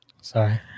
sorry